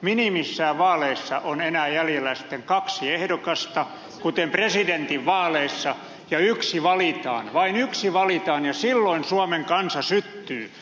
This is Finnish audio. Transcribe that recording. minimissään vaaleissa on jäljellä enää sitten kaksi ehdokasta kuten presidentinvaaleissa ja yksi valitaan vain yksi valitaan ja silloin suomen kansa syttyy